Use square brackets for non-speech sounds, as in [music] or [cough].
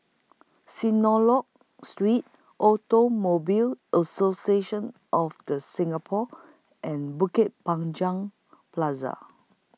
[unintelligible] Street Automobile Association of The Singapore and Bukit Panjang Plaza